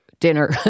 dinner